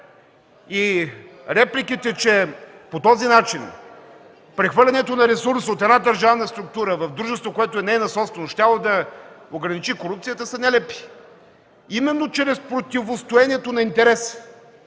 Репликите, че по този начин прехвърлянето на ресурс от една държавна структура в дружество, което е нейна собственост, щяло да ограничи корупцията, са нелепи. Именно чрез противостоенето на интереса